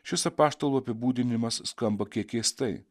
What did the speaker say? šis apaštalų apibūdinimas skamba kiek keistai